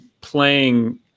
playing